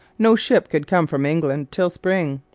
no ship could come from england till spring.